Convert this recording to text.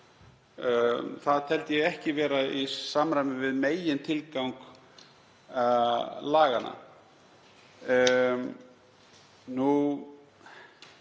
Það teldi ég ekki vera í samræmi við megintilgang laganna. Það